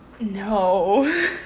no